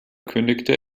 kündigte